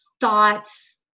thoughts